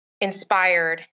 inspired